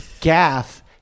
Gaff